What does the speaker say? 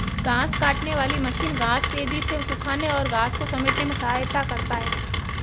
घांस काटने वाली मशीन घांस तेज़ी से सूखाने और घांस को समेटने में सहायता करता है